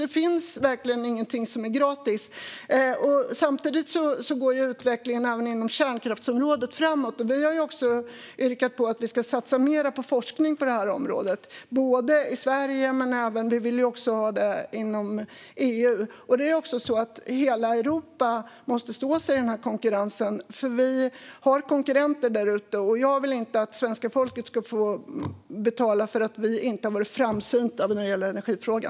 Det finns verkligen ingenting som är gratis. Samtidigt går utvecklingen även inom kärnkraftsområdet framåt. Vi har också yrkat på att vi ska satsa mer på forskning på detta område, både i Sverige och inom EU. Hela Europa måste stå sig i konkurrensen. Vi har konkurrenter där ute, och jag vill inte att svenska folket ska få betala för att vi inte har varit framsynta när det gäller energifrågan.